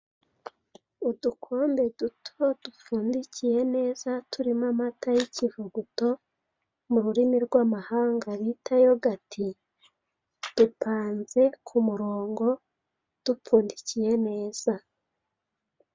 Udukombe duto, dupfundikiye neza, turimo amata y'ikivuguto, mu rurimi rw'amahanga bita yogati, dupanze ku murongo, dupfundikiye neza.